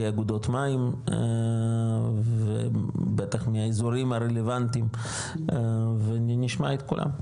אגודות מים ובטח מהאזורים הרלוונטיים ונשמע את כולם.